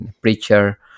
preacher